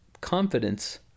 confidence